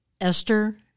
Esther